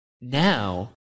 Now